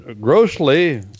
grossly